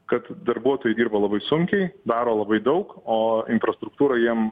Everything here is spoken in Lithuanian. kad darbuotojai dirba labai sunkiai daro labai daug o infrastruktūra jiem